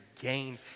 gained